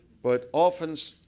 but, often,